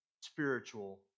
spiritual